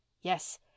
Yes